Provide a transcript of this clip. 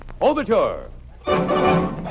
Overture